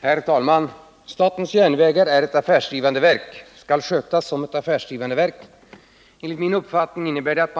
Herr talman! Statens järnvägar är ett affärsdrivande verk och skall skötas som ett affärsdrivande verk. Enligt min uppfattning innebär detta